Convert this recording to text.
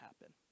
happen